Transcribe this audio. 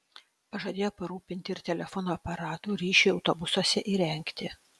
pažadėjo parūpinti ir telefono aparatų ryšiui autobusuose įrengti